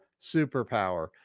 superpower